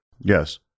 Yes